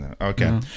okay